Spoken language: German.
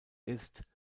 ist